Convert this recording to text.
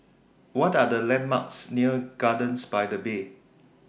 What Are The landmarks near Gardens By The Bay